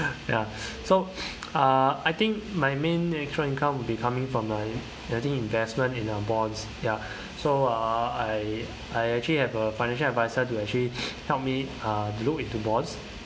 ya so uh I think my main extra income will be coming from um leading investment in our bonds ya so uh I I actually have a financial advisor to actually help me um look into bonds